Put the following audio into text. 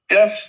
Yes